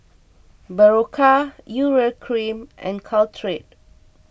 Berocca Urea Cream and Caltrate